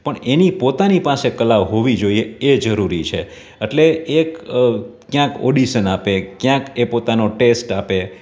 પણ એની પોતાની પાસે કળા હોવી જોઈએ એ જરૂરી છે એટલે એક ક્યાંક ઓડિસન આપે ક્યાંક એ પોતાનો ટેસ્ટ આપે